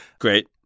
Great